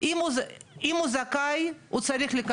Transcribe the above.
הלאה, יוליה, משפט סיכום.